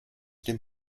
dem